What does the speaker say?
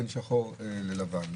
בין שחור ללבן.